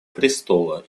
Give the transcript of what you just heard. престола